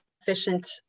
efficient